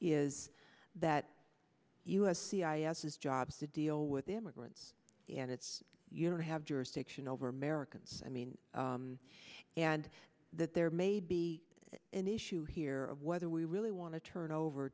is that u s c i s is jobs to deal with immigrants and it's you don't have jurisdiction over americans i mean and that there may be an issue here of whether we really want to turn over